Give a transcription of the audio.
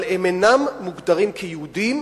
אבל הם אינם מוגדרים כיהודים,